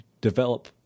develop